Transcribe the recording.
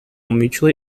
mutually